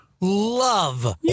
love